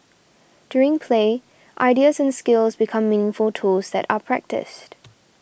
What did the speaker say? during play ideas and skills become meaningful tools that are practised